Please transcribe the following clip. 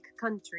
country